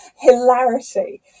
hilarity